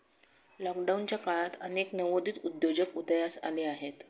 लॉकडाऊनच्या काळात अनेक नवोदित उद्योजक उदयास आले आहेत